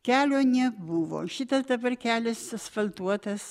kelio nebuvo šitas dabar kelias asfaltuotas